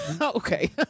Okay